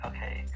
Okay